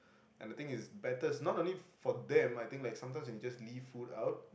and the thing is better not only for them I think like sometimes we just leave food out